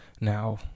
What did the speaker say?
Now